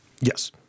Yes